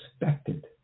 expected